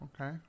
Okay